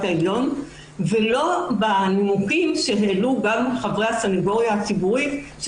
העליון ולא בנימוקים שהעלו גם חברי הסניגוריה הציבורית,